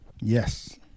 Yes